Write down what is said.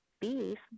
beef